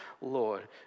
Lord